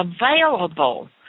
available